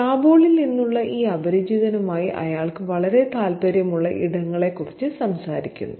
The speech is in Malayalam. കാബൂളിൽ നിന്നുള്ള ഈ അപരിചിതനുമായി അയാൾക്ക് വളരെ താൽപ്പര്യമുള്ള ഇടങ്ങളെക്കുറിച്ച് സംസാരിക്കുന്നു